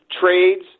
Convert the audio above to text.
trades